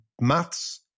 maths